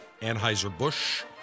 Anheuser-Busch